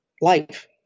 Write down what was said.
life